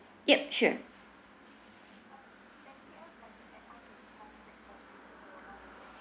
yup sure